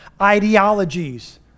ideologies